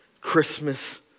Christmas